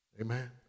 Amen